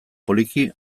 poliki